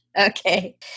Okay